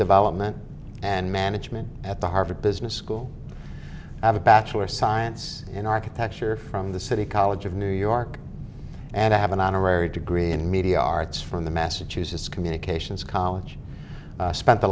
development and management at the harvard business school i have a bachelor science in architecture from the city college of new york and i have an honorary degree in media arts from the massachusetts communications college spent a